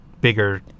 bigger